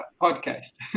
podcast